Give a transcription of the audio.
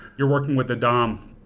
you're working with a dom.